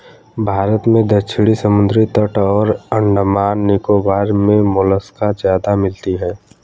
भारत में दक्षिणी समुद्री तट और अंडमान निकोबार मे मोलस्का ज्यादा मिलती है